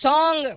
Song